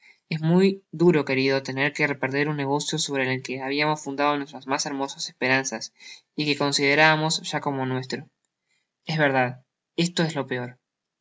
es muy duro querido tener que perder un negocio sobre el que habiamos fundado nuestras mas hermosas esperanzas y que considerábamos ya como nuestro es verdad listo es lo peor